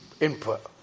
input